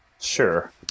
Sure